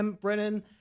Brennan